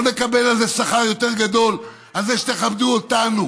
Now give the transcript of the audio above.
לא נקבל על זה שכר יותר גדול, על זה שתכבדו אותנו.